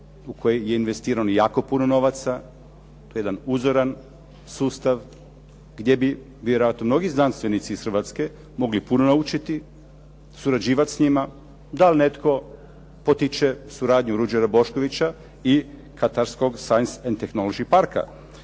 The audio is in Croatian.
u koji je investirano jako puno novaca, to je jedan uzoran sustav gdje bi vjerojatno mnogi znanstvenici iz Hrvatske mogli puno naučiti, surađivati s njima, da li netko potiče suradnju Ruđera Boškovića i Katarskog science and technology park.